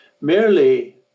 merely